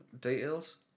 details